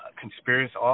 conspiracy